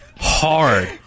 hard